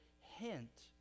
hint